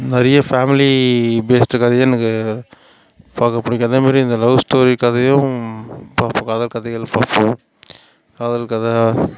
நிறைய family based கதையே எனக்கு பார்க்க பிடிக்கும் அதேமாரி இந்த லவ் ஸ்டோரி கதையும் பல கதைகள் பார்ப்போம் காதல் கதை